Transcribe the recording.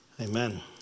Amen